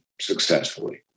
successfully